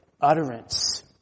utterance